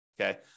Okay